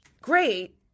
great